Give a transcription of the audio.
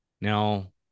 Now